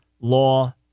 law